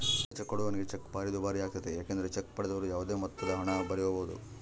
ಖಾಲಿಚೆಕ್ ಕೊಡುವವನಿಗೆ ಚೆಕ್ ಭಾರಿ ದುಬಾರಿಯಾಗ್ತತೆ ಏಕೆಂದರೆ ಚೆಕ್ ಪಡೆದವರು ಯಾವುದೇ ಮೊತ್ತದಹಣ ಬರೆಯಬೊದು